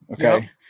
okay